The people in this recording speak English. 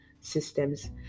systems